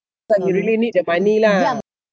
but he really need the money lah